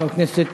חבר הכנסת